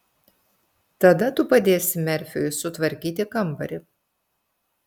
tada tu padėsi merfiui sutvarkyti kambarį